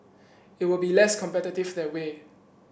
it will be less competitive that way